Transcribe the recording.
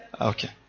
Okay